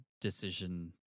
decision